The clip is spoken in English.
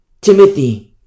Timothy